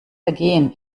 vergehen